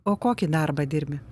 o kokį darbą dirbi